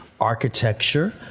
architecture